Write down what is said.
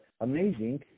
amazing